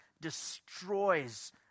destroys